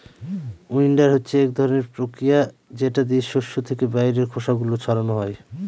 উইন্ডবার হচ্ছে এক ধরনের প্রক্রিয়া যেটা দিয়ে শস্য থেকে বাইরের খোসা গুলো ছাড়ানো হয়